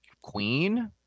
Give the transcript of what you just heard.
queen